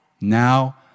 Now